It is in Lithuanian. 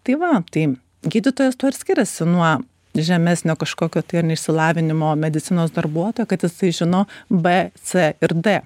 tai va tai gydytojas tuo ir skiriasi nuo žemesnio kažkokio tai ar neišsilavinimo medicinos darbuotojo kad jisai žino b c ir d